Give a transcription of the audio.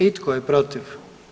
I tko je protiv?